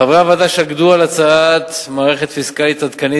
חברי הוועדה שקדו על הצעת מערכת פיסקלית עדכנית